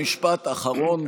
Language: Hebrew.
משפט אחרון,